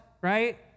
right